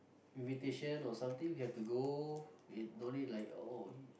invitation or something we have to go if no need like oh